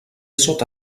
sota